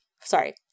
Sorry